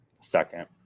Second